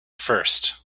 first